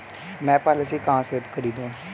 मैं पॉलिसी कहाँ से खरीदूं?